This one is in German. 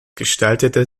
gestaltete